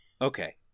okay